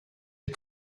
des